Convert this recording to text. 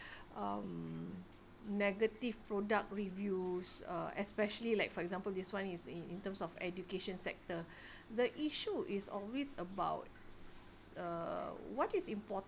um negative product reviews uh especially like for example this one is in in terms of education sector the issue is always about uh what is important